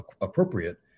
appropriate